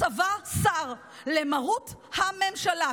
הצבא סר למרות הממשלה.